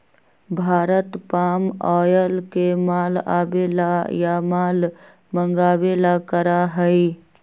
Bharat palm oil के माल आवे ला या माल मंगावे ला करा हई